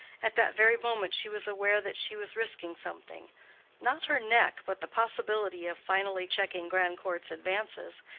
at that very moment she was aware that she was risking something not her neck, but the possibility of finally checking grandcourt's advances,